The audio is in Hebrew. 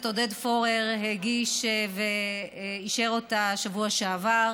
עודד פורר הגיש ואישר אותה בשבוע שעבר,